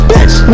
Bitch